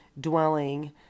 dwelling